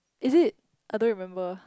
is it I don't remember